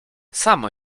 samo